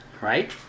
right